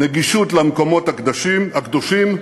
נגישות למקומות הקדושים,